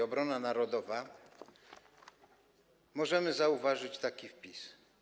Obrona narodowa możemy zauważyć taki wpis: